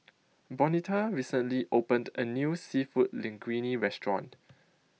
Bonita recently opened A New Seafood Linguine Restaurant